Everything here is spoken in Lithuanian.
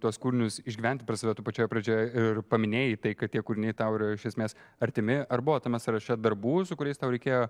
tuos kūrinius išgyventi per save tu pačioj pradžioj ir paminėjai tai kad tie kūriniai tau yra iš esmės artimi ar buvo tame sąraše darbų su kuriais tau reikėjo